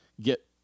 get